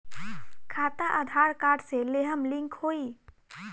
खाता आधार कार्ड से लेहम लिंक होई?